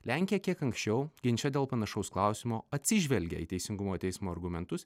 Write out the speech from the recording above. lenkija kiek anksčiau ginče dėl panašaus klausimo atsižvelgė į teisingumo teismo argumentus